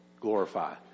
Glorify